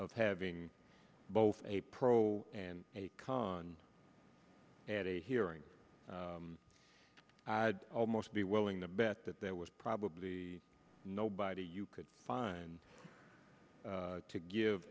of having both a pro and con at a hearing i'd almost be willing to bet that there was probably nobody you could find to give